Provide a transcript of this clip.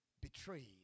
betrayed